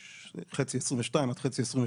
בחצי 2022 עד חצי 2023,